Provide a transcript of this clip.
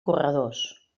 corredors